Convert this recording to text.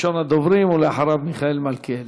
ראשון הדוברים, ואחריו, מיכאל מלכיאלי.